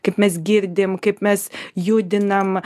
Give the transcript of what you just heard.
kaip mes girdim kaip mes judinam